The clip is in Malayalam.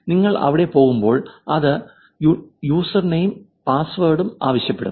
നിങ്ങൾ അവിടെ പോകുമ്പോൾ അത് യൂസർനെയിം ഉം പാസ്വേഡും ആവശ്യപ്പെടും